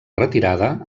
retirada